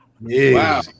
Wow